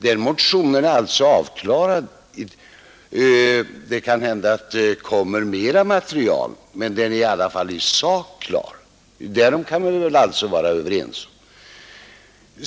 Det kan hända att det kommer mera material, men den motionen är i alla fall isak avklarad. Därom kan vi väl vara överens.